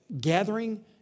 gathering